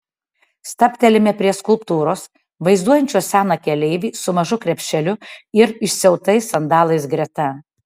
stabtelime prie skulptūros vaizduojančios seną keleivį su mažu krepšeliu ir išsiautais sandalais greta